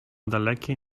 dalekie